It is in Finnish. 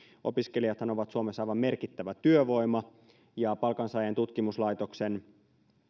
opiskelijathan ovat suomessa aivan merkittävä työvoima ja palkansaajien tutkimuslaitoksen